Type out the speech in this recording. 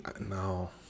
No